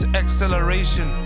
acceleration